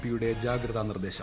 പിയുടെ ജാഗ്രതാ നിർദ്ദേശം